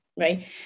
Right